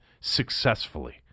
successfully